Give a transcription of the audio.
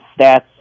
stats